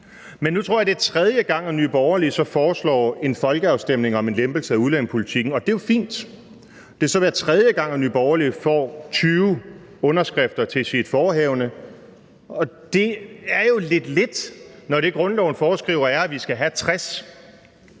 Men nu tror jeg det er tredje gang, at Nye Borgerlige så foreslår en folkeafstemning om en lempelse af udlændingepolitikken, og det er jo fint. Det vil så også være tredje gang, at Nye Borgerlige får 20 underskrifter til sit forehavende, og det er jo lidt lidt, når det, grundloven foreskriver, er, at man skal have 60. Derfor er